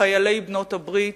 חיילי בעלות-הברית,